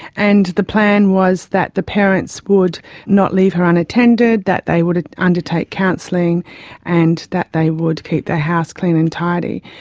and the plan was that the parents would not leave her unattended, that they would undertake counselling and that they would keep their house clean and tidy.